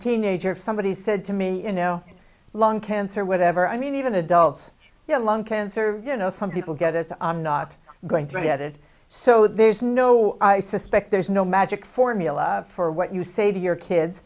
teenager if somebody said to me you know long cancer or whatever i mean even adults you know lung cancer you know some people get it not going to get it so there's no i suspect there's no magic formula for what you say to your kids